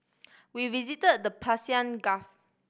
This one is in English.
we visited the Persian Gulf